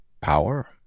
power